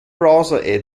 browser